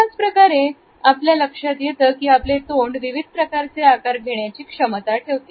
अशाच प्रकारे आपल्या लक्षात येते की आपले तोंड विविध प्रकारचे आकार घेण्याची क्षमता ठेवते